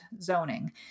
zoning